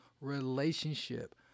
relationship